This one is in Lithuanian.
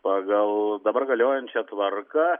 pagal dabar galiojančią tvarką